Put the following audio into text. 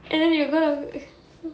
and then you are going to